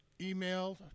email